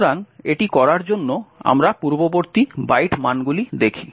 সুতরাং এটি করার জন্য আমরা পূর্ববর্তী বাইট মানগুলি দেখি